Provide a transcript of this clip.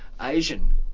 Asian